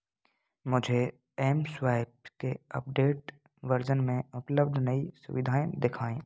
मुझे M swipe के update version में उपलब्ध नई सुविधाएँ दिखाएँ